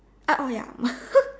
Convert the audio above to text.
uh oh ya